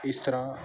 ਇਸ ਤਰ੍ਹਾਂ